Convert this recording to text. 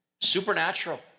Supernatural